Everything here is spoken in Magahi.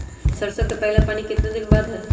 सरसों में पहला पानी कितने दिन बाद है?